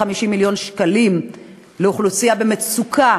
50 מיליון שקלים לאוכלוסייה במצוקה,